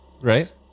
Right